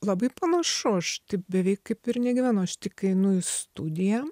labai panašu aš taip beveik kaip ir negyvenu aš tik kai einu į studiją